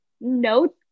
no